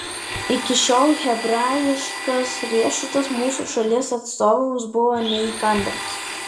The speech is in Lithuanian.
iki šiol hebrajiškas riešutas mūsų šalies atstovams buvo neįkandamas